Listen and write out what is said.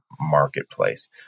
marketplace